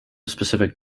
specific